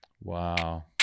wow